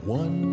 one